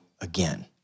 again